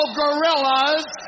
gorillas